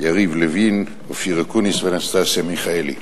יריב לוין, אופיר אקוניס ואנסטסיה מיכאלי,